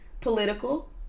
political